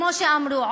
כמו שאמרו,